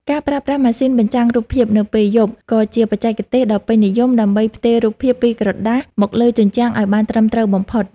ការប្រើប្រាស់ម៉ាស៊ីនបញ្ចាំងរូបភាព នៅពេលយប់ ក៏ជាបច្ចេកទេសដ៏ពេញនិយមដើម្បីផ្ទេររូបភាពពីក្រដាសមកលើជញ្ជាំងឱ្យបានត្រឹមត្រូវបំផុត។